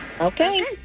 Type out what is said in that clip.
Okay